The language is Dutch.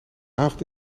avond